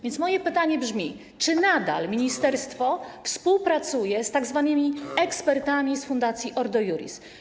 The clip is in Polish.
Więc moje pytanie brzmi: Czy nadal ministerstwo współpracuje z tzw. ekspertami z fundacji Ordo Iuris?